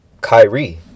Kyrie